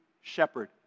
shepherd